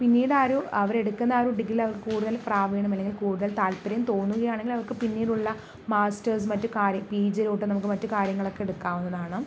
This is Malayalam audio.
പിന്നീട് ആരും അവർ എടുക്കുന്ന ആ ഒരു ഡിഗ്രിയിൽ അവർ കൂടുതൽ പ്രാവീണ്യം അല്ലെങ്കിൽ കൂടുതൽ താല്പര്യം തോന്നുകയാണെങ്കിൽ അവർക്ക് പിന്നീടുള്ള മാസ്റ്റേഴ്സ് മറ്റ് കാര്യ പി ജിയിലോട്ട് നമുക്ക് മറ്റു കാര്യങ്ങളൊക്കെ എടുക്കാവുന്നതാണ്